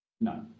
No